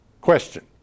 Question